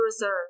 reserve